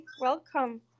welcome